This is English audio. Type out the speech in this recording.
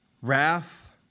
wrath